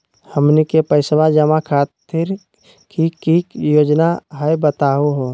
हमनी के पैसवा जमा खातीर की की योजना हई बतहु हो?